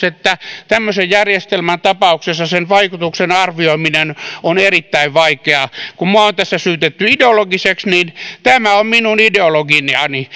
että tämmöisen järjestelmän tapauksessa sen vaikutuksen arvioiminen on erittäin vaikeaa kun minua on tässä syytetty ideologiseksi niin tämä on minun ideologiani